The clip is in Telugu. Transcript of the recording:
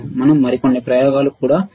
మనం మరికొన్ని ప్రయోగాలు కూడా చేద్దాము